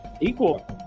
Equal